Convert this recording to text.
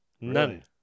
None